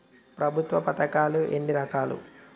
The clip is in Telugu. ప్రభుత్వ పథకాలు ఎన్ని రకాలు?